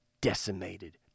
decimated